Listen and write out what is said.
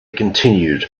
continued